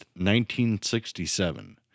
1967